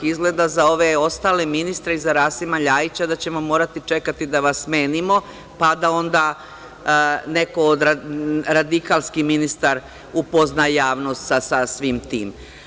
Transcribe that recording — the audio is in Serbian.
Izgleda za ove ostale, ministre, i za Rasima LJajića da ćemo morati čekati da vas smenimo, pa da onda radikalski ministar upozna javnost sa svim tim.